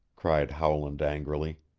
cried howland angrily.